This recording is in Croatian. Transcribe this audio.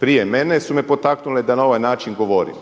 prije mene su me potaknule da na ovaj način govorim.